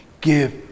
Give